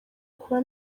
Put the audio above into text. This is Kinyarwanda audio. kuba